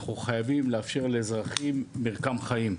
אנחנו חייבים לאפשר לאזרחים מרקם חיים,